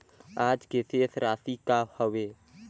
आज के शेष राशि का हवे?